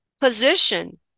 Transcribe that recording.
position